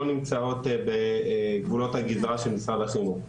לא נמצאות בגבולות הגזרה של משרד החינוך.